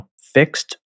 fixed